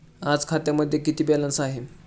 आज खात्यामध्ये किती बॅलन्स आहे?